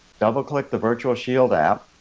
double click the virtual shield app,